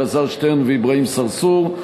אלעזר שטרן ואברהים צרצור,